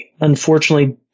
unfortunately